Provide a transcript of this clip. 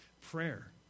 Prayer